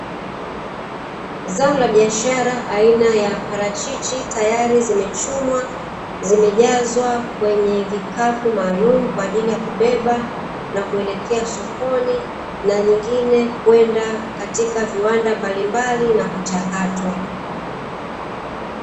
Zao la biashara aina ya parachichi, tayari zimechumwa zimejazwa kwenye vikapu maalumu kwa ajili ya kubeba na kuelekea sokoni na nyingine kwenda katika viwanda mbalimbali na kuchakatwa.